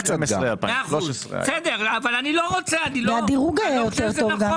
בכלכלה לא התעסקתם בכלל.